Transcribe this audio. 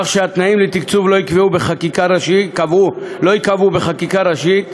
כך שהתנאים לתקצוב לא ייקבעו בחקיקה הראשית,